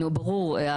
נו ברור,